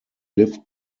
lived